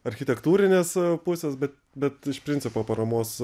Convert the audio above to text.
architektūrinės pusės bet bet iš principo paramos